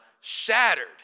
shattered